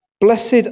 Blessed